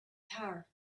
tower